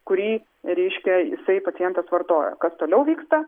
kurį reiškia jisai pacientas vartojo kas toliau vyksta